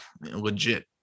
legit